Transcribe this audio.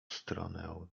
stronę